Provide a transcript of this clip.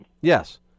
Yes